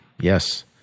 Yes